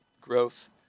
growth